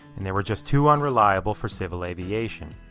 and they were just too unreliable for civil aviation.